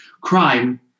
Crime